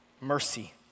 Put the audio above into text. Mercy